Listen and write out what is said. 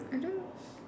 I don't